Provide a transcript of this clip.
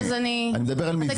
אני מדבר על מבנה.